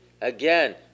again